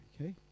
Okay